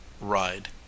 ride